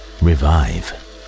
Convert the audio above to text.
revive